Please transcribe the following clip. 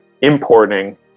importing